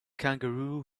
kangaroo